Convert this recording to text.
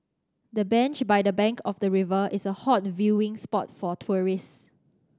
the bench by the bank of the river is a hot viewing spot for tourists